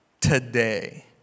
today